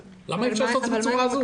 למה אי אפשר לעשות את זה בצורה הזאת?